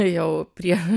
jau prie